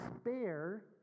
spare